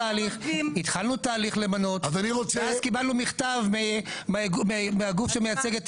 התחלנו תהליך למנות ואז קיבלנו מכתב מהגוף שמייצג את